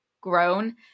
grown